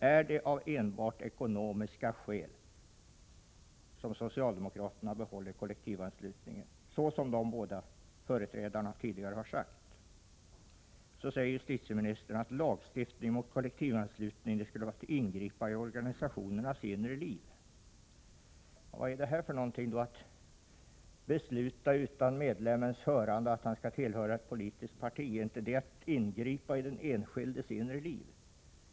Är det enbart av ekonomiska skäl som socialdemokraterna behåller kollektivanslutningen, såsom de båda företrädarna tidigare har sagt? Justitieministern säger att lagstiftning mot kollektivanslutning skulle vara ett ingrepp i organisationernas inre liv. Men vad innebär det då att utan medlems hörande besluta att han skall tillhöra ett politiskt parti? Är inte det att ingripa i den enskildes inre liv?